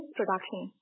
production